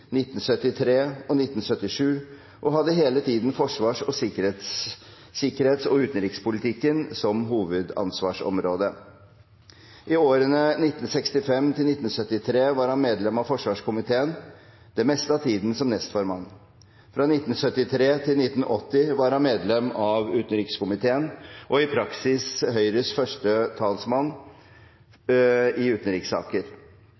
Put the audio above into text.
1973 og 1977, og hadde hele tiden forsvars-, sikkerhets- og utenrikspolitikken som hovedansvarsområde. I årene 1965–1973 var han medlem av forsvarskomiteen – det meste av tiden som nestformann. Fra 1973 til 1980 var han medlem av utenrikskomiteen og i praksis Høyres